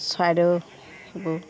চৰাইদেউ হ'ব